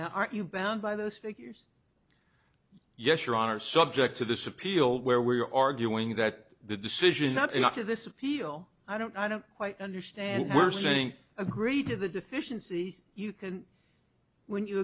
now are you bound by those figures yes your honor subject to this appeal where we are arguing that the decision not to this appeal i don't i don't quite understand you were saying agree to the deficiency you can when you